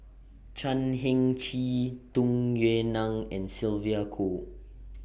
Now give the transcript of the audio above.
Chan Heng Chee Tung Yue Nang and Sylvia Kho